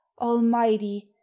almighty